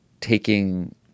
taking –